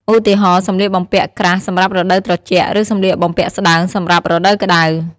ឧទាហរណ៍ សម្លៀកបំពាក់ក្រាស់សម្រាប់រដូវត្រជាក់ ឬសម្លៀកបំពាក់ស្តើងសម្រាប់រដូវក្តៅ។